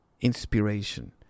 inspiration